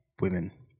women